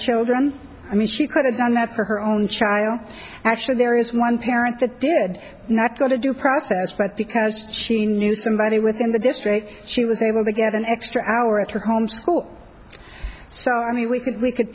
children i mean she could have done that for her own child actually there is one parent that did not go to due process but because jean knew somebody within the district she was able to get an extra hour at her home school so i mean we could we could